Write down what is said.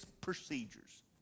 procedures